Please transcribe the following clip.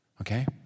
Okay